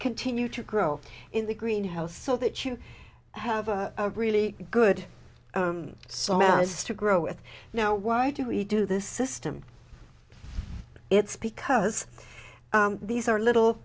continue to grow in the greenhouse so that you have a really good song was to grow with now why do we do this system it's because these are little